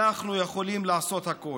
אנחנו יכולים לעשות הכול.